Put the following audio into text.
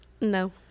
No